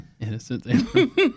Innocent